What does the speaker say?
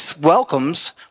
welcomes